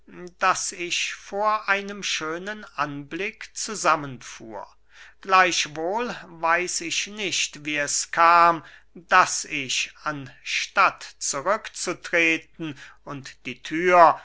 daß ich vor einem schönen anblick zusammenfuhr gleichwohl weiß ich nicht wie es kam daß ich anstatt zurück zu treten und die thür